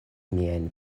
miajn